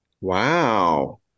Wow